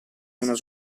uno